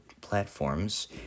platforms